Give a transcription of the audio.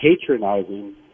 patronizing